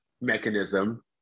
mechanism